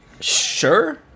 Sure